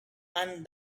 and